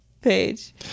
page